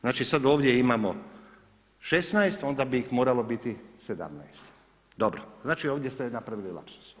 Znači sada ovdje imamo 16 onda bi ih moralo biti 17. dobro, znači ovdje ste napravili lapsus?